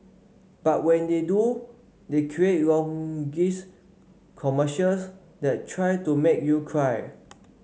but when they do they create longish commercials that try to make you cry